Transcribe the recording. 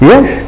Yes